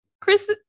Chris